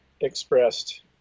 expressed